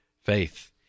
faith